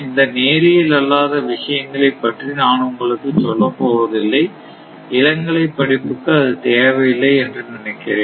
இந்த நேரியல் அல்லாத விஷயங்களைப் பற்றி நான் உங்களுக்கு சொல்லப்போவதில்லை இளங்கலை படிப்பிற்கு அது தேவையில்லை என்று நினைக்கிறேன்